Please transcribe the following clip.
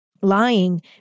lying